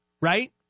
right